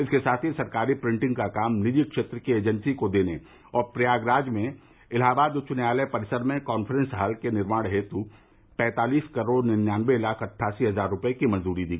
इसके साथ ही सरकारी प्रिंटिंग का काम निजी क्षेत्र की एजेंसी को देने और प्रयागराज में इलाहाबाद उच्च न्यायालय परिसर में कांफ्रेंस हॉल के निर्माण हेतु पैतालीस करोड़ निन्यानन्बे लाख अट्ठासी हजार रूपये की मंजुरी दी